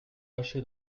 lâché